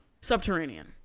subterranean